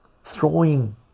throwing